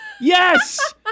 Yes